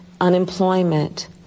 unemployment